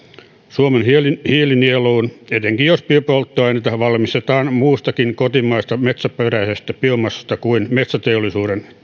suomen hiilinieluun etenkin jos biopolttoaineita valmistetaan muustakin kotimaisesta metsäperäisestä biomassasta kuin metsäteollisuuden